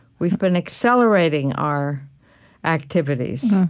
we've been accelerating our activities.